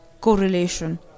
correlation